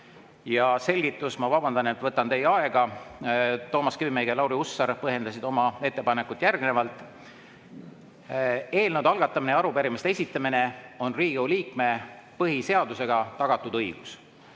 selgitus. Ma vabandan, et ma võtan teie aega. Toomas Kivimägi ja Lauri Hussar põhjendasid oma ettepanekut järgnevalt. Eelnõude algatamine ja arupärimiste esitamine on Riigikogu liikme põhiseadusega tagatud õigus.